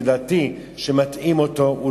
שלדעתי מטעים אותו בהם,